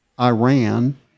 Iran